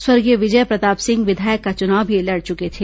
स्वर्गीय विजय प्रताप विधायक का चुनाव भी लड़ चुके थे